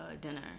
dinner